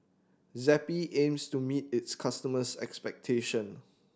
Zappy aims to meet its customers' expectation